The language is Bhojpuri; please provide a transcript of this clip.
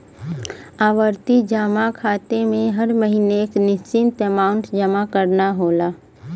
आवर्ती जमा खाता में हर महीने एक निश्चित अमांउट जमा करना होला